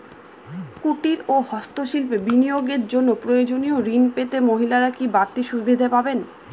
কুটীর ও হস্ত শিল্পে বিনিয়োগের জন্য প্রয়োজনীয় ঋণ পেতে মহিলারা কি বাড়তি সুবিধে পাবেন?